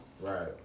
Right